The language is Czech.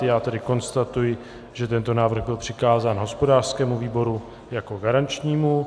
Já tedy konstatuji, že tento návrh byl přikázán hospodářskému výboru jako garančnímu.